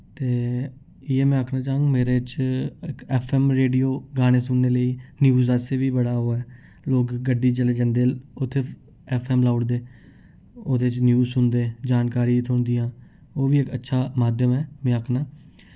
ते इयै में आखना चाह्ङ मेरे च इक ऐफ्फऐम्म रेडियो गाने सुनने लेई न्यूज आस्तै बी बड़ा ओह् ऐ लोक गड्डी जिसलै जंदे उत्थै ऐफ्फऐम्म लाई ओड़दे ओह्दे च न्यूज सुनदे जानकारी थ्होंदियां ओह् बी इक अच्छा माध्यम ऐ में आखना